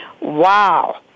wow